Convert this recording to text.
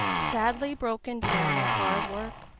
sadly broken down with hard work,